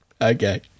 Okay